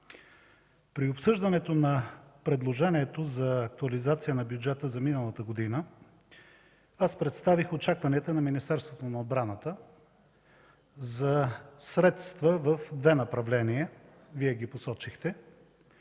при обсъждането на предложението за актуализация на бюджета за миналата година представих очакванията на Министерството на отбраната за средства в две направления, Вие ги посочихте.